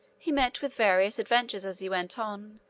he met with various adventures as he went on,